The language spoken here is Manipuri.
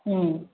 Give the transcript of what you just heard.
ꯎꯝ